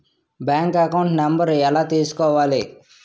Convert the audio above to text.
Bank account number ఎలా తీసుకోవాలి?